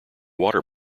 water